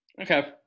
Okay